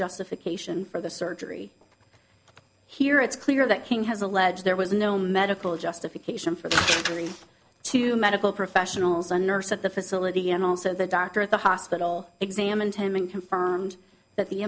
justification for the surgery here it's clear that king has alleged there was no medical justification for going to medical professionals a nurse at the facility and also the doctor at the hospital examined him and confirmed that the